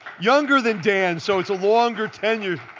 younger than dan, so it's a longer tenure,